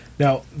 Now